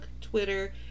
Twitter